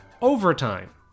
overtime